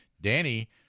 Danny